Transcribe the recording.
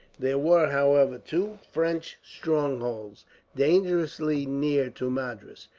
there were, however, two french strongholds dangerously near to madras,